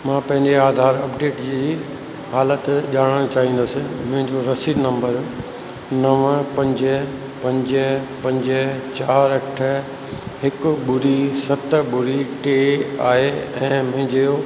मां पंहिंजे आधार अपडेट जी हालत ॼाणण चाईंदुसि मुंहिंजो रसीद नंम्बर नव पंज पंज पंज चारि अठ हिकु ॿुड़ी सत ॿुड़ी टे आहे ऐं मुंहिजो